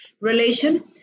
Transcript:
relation